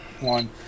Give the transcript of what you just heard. one